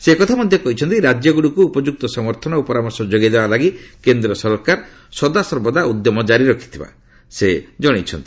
ସେ କହିଛନ୍ତି ରାଜ୍ୟଗୁଡ଼ିକୁ ଉପଯୁକ୍ତ ସମର୍ଥନ ଓ ପରାମର୍ଶ ଯୋଗାଇଦେବା ଲାଗି କେନ୍ଦ୍ ସରକାର ସଦାସର୍ବଦା ଉଦ୍ୟମ ଜାରି ରଖିଥିବା ସେ ଜଣାଇଛନ୍ତି